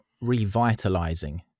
revitalizing